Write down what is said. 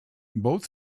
both